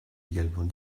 également